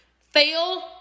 Fail